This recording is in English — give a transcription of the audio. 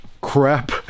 crap